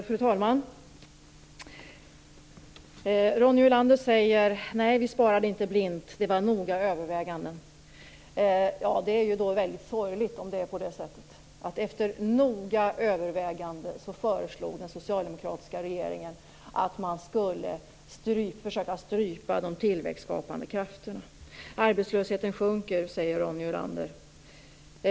Fru talman! Ronny Olander säger: Nej, vi sparade inte blint. Det var noggranna överväganden. Det är väldigt sorgligt om det är på det sättet. Efter noggrant övervägande föreslog den socialdemokratiska regeringen att man skulle försöka strypa de tillväxtskapande krafterna. Arbetslösheten sjunker, säger Ronny Olander.